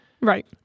Right